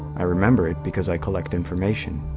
i remember it because i collect information.